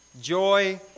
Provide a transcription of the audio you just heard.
Joy